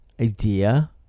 Idea